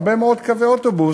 הרבה מאוד קווי אוטובוס,